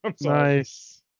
nice